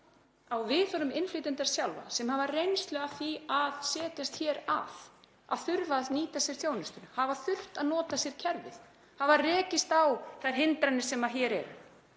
á viðhorfum innflytjenda sjálfra sem hafa reynslu af því að setjast hér að, að þurfa að nýta sér þjónustuna, hafa þurft að nota sér kerfið, hafa rekist á þær hindranir sem hér eru.